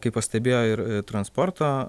kaip pastebėjo ir transporto